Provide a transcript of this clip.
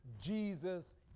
Jesus